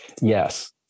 Yes